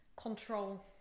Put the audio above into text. Control